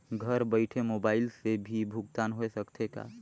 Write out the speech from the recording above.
घर बइठे मोबाईल से भी भुगतान होय सकथे का?